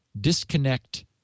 disconnect